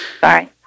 Sorry